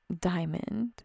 diamond